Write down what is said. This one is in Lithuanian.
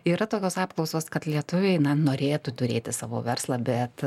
yra tokios apklausos kad lietuviai norėtų turėti savo verslą bet